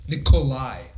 Nikolai